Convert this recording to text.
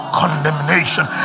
condemnation